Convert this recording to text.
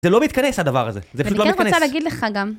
זה לא מתכנס הדבר הזה, זה פשוט לא מתכנס. ואני רק רוצה להגיד לך גם.